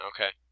Okay